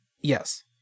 yes